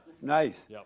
Nice